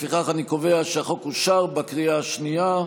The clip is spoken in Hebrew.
לפיכך, אני קובע שהחוק אושר בקריאה שנייה.